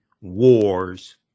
wars